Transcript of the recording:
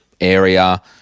area